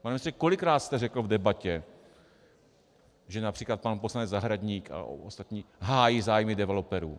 Pane ministře, kolikrát jste řekl v debatě, že například pan poslanec Zahradník a ostatní hájí zájmy developerů?